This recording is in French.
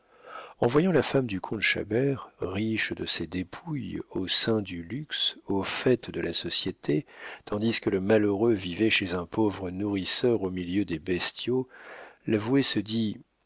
en voyant la femme du comte chabert riche de ses dépouilles au sein du luxe au faîte de la société tandis que le malheureux vivait chez un pauvre nourrisseur au milieu des bestiaux l'avoué se dit